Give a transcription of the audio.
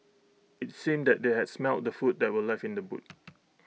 IT seemed that they had smelt the food that were left in the boot